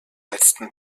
letzten